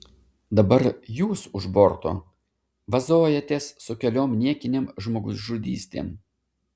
dabar jūs už borto vazojatės su keliom niekinėm žmogžudystėm